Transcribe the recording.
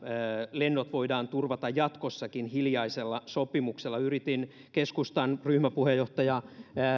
lennot voidaan turvata jatkossakin hiljaisella sopimuksella yritin keskustan ryhmäpuheenjohtajalta